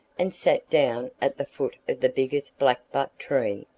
and sat down at the foot of the biggest blackbutt tree,